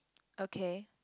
okay